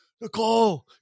Nicole